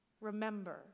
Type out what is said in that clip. remember